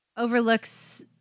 overlooks